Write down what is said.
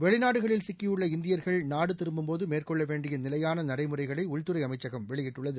வெளிநாடுகளில் சிக்கியுள்ள இந்தியர்கள் நாடுதிரும்பும் போதுமேற்கொள்ளவேண்டியநிலையானநடைமுறைகளைஉள்துறைஅமைச்சகம் வெளியிட்டுள்ளது